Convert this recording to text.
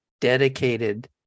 dedicated